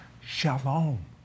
shalom